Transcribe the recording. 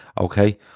Okay